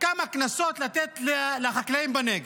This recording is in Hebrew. כמה קנסות לתת לחקלאים בנגב,